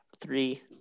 three